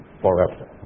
forever